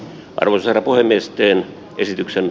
arvoisa puhemies teen esitykseni